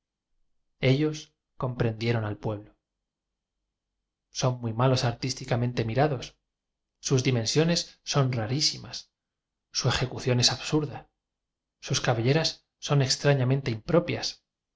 ellos comprendie ron al pueblo son muy malos artísticamen te mirados sus dimensiones son rarísimas su ejecución es absurda sus cabelleras son extrañamente impropias